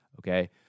Okay